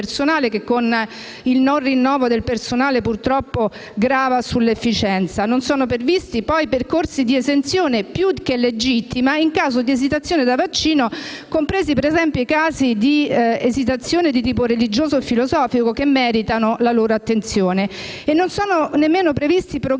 Non sono nemmeno previsti programmi